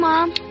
Mom